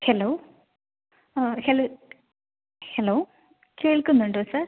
hello ആ hello hello കേൾക്കുന്നുണ്ടോ sir